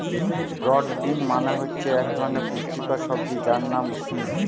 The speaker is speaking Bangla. ব্রড বিন মানে হচ্ছে এক ধরনের পুষ্টিকর সবজি যার নাম সিম